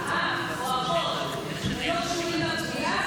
כל עוד האח או האחות, הם לא קשורים לפגיעה,